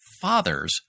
fathers